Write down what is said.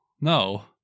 No